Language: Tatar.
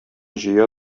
җыя